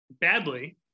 badly